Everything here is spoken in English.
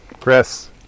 Chris